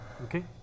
Okay